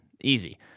Easy